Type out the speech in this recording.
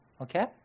okay